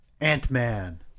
Ant-Man